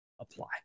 apply